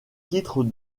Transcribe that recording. titre